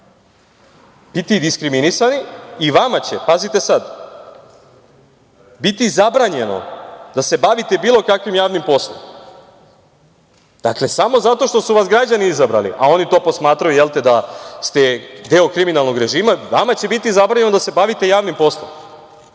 biti diskriminisani i vama će, pazite sad, biti zabranjeno da se bavite bilo kakvim javnim poslom. Dakle, samo zato što su vas građani izabrali, a oni to posmatraju, jel te, da ste deo kriminalnog režima, vama će biti zabranjeno da se bavite javnim poslom. Pazite